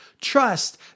Trust